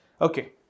Okay